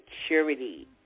security